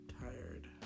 tired